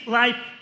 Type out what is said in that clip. life